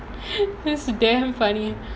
it is damn funny